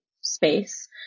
space